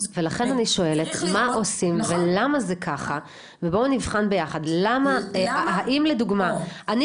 ולכן אני שואלת מה עושים ולמה זה ככה ובואו נבחן ביחד האם לדוגמא,